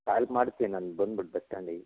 ಕಾಲ್ ಮಾಡ್ತೀನಿ ನಾನು ಬಂದ್ಬಿಟ್ಟು ಬಸ್ ಸ್ಟ್ಯಾಂಡಿಗೆ